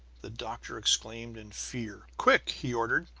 the doctor exclaimed in fear. quick! he ordered.